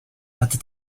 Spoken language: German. hatte